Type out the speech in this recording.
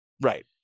Right